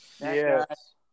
Yes